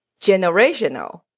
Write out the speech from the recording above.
generational